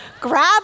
Grab